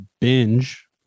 binge